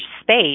space